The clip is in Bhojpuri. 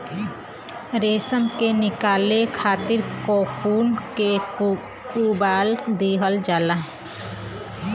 रेशम के निकाले खातिर कोकून के उबाल दिहल जाला